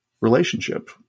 relationship